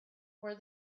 where